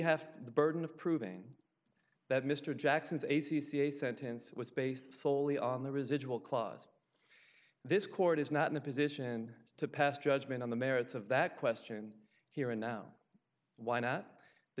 have the burden of proving that mr jackson's a c c a sentence was based soley on the residual clause this court is not in a position to pass judgment on the merits of that question here and now why not the